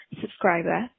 subscriber